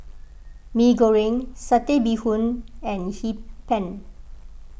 Mee Goreng Satay Bee Hoon and Hee Pan